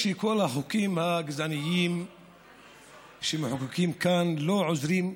כל החוקים הגזעניים שמחוקקים כאן לא עוזרים,